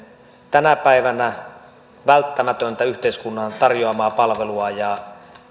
tänä päivänä välttämätöntä yhteiskunnan tarjoamaa palvelua ja